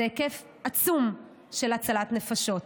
זה היקף עצום של הצלת נפשות,